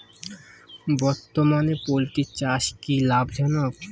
বর্তমানে পোলট্রি চাষ কি লাভজনক?